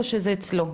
או שזה אצלו.